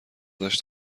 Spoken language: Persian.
داشت